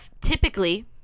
typically